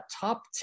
top